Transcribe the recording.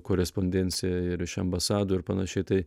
korespondėncija ir iš ambasadų ir panašiai tai